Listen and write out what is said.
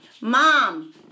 Mom